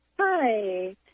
Hi